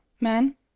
Man